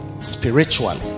Spiritually